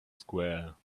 square